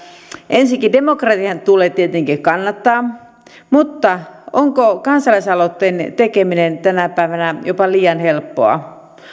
ensinnäkin demokratiaa tulee tietenkin kannattaa mutta onko kansalaisaloitteen tekeminen tänä päivänä jopa liian helppoa